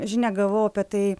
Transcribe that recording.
žinią gavau apie tai